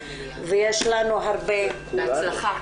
ויש לנו הרבה -- בהצלחה.